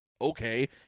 Okay